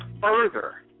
further